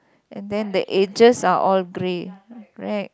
and then the edges are all grey correct